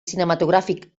cinematogràfic